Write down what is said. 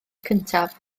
cyntaf